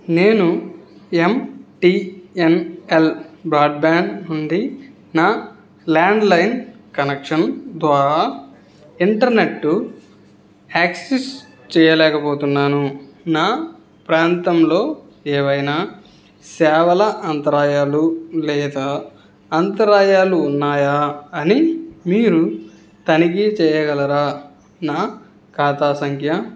నేను MTNL broadband నుండి నా ల్యాండ్లైన్ కనెక్షన్ ద్వారా ఇంటర్నెట్ యాక్సెస్ చేయలేకపోతున్నాను నా ప్రాంతంలో ఏవైనా సేవల అంతరాయాలు లేదా అంతరాయాలు ఉన్నాయా అని మీరు తనిఖీ చేయగలరా నా ఖాతా సంఖ్య